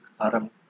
Aram